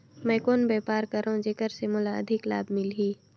मैं कौन व्यापार करो जेकर से मोला अधिक लाभ मिलही?